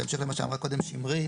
בהמשך למה שאמרה קודם שמרית,